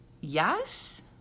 yes